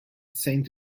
saint